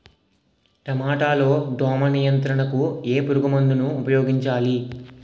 టమాటా లో దోమ నియంత్రణకు ఏ పురుగుమందును ఉపయోగించాలి?